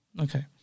Okay